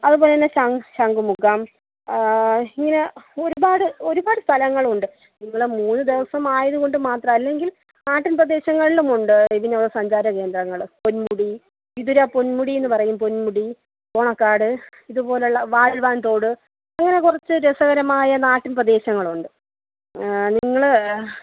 അതുപോലെതന്നെ ശംഖുമുഖം ഇങ്ങനെ ഒരുപാട് ഒരുപാട് സ്ഥലങ്ങളുണ്ട് നിങ്ങൾ മൂന്നുദിവസം ആയതുകൊണ്ട് മാത്രമാണ് അല്ലെങ്കിൽ നാട്ടിൻ പ്രദേശങ്ങളിലും ഉണ്ട് വിനോദസഞ്ചാര കേന്ദ്രങ്ങൾ പൊന്മുടി വിതുര പൊന്മുടിയെന്നു പറയും പൊന്മുടി ബോണക്കാട് ഇതുപോലുള്ള വാഴ്വാൻതോൾ അങ്ങനെ കുറച്ച് രസകരമായ നാട്ടിൻ പ്രദേശങ്ങളുണ്ട് നിങ്ങൾ